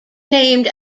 named